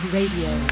Radio